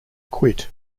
quit